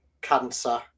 cancer